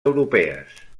europees